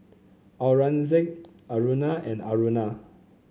Aurangzeb Aruna and Aruna